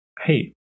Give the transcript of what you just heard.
Hey